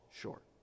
short